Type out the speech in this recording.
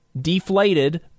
deflated